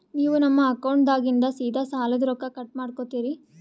ನೀವು ನಮ್ಮ ಅಕೌಂಟದಾಗಿಂದ ಸೀದಾ ಸಾಲದ ರೊಕ್ಕ ಕಟ್ ಮಾಡ್ಕೋತೀರಿ?